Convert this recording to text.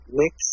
mix